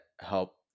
help